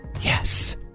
Yes